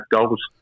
goals